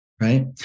right